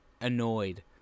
annoyed